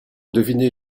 deviner